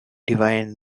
divine